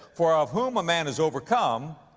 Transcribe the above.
for of whom a man is overcome,